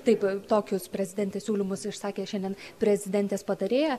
taip tokius prezidentės siūlymus išsakė šiandien prezidentės patarėja